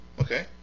okay